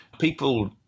People